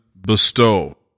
bestow